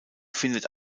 findet